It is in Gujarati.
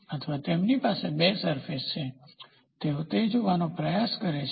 અથવા તેમની પાસે બે સરફેસ છે તેઓ તે જોવાનો કરવાનો પ્રયાસ કરે છે